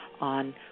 on